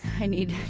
i need